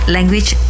Language